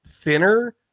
Thinner